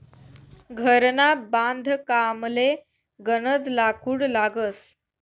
घरना बांधकामले गनज लाकूड लागस